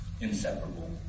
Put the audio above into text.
inseparable